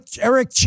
Eric